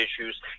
issues